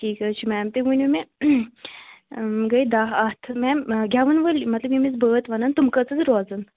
ٹھیٖک حظ چھُ میم تُہۍ ؤنِو مےٚ گٔے دَہ اتھ میم گیٚوَن وٲلۍ مطلب یِم اَسہِ بٲتھ وَنن تِم کٔژ حظ روزن